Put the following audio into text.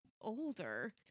older